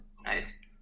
nice